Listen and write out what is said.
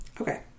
Okay